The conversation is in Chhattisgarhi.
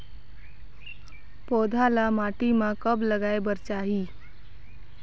पौधा ल माटी म कब लगाए बर चाही?